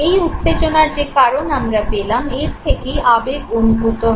এই উত্তেজনার যে কারণ আমরা পেলাম এর থেকেই আবেগ অনুভূত হয়